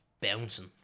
bouncing